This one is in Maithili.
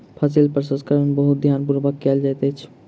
फसील प्रसंस्करण बहुत ध्यान पूर्वक कयल जाइत अछि